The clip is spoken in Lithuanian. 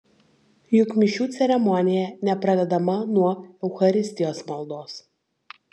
juk mišių ceremonija nepradedama nuo eucharistijos maldos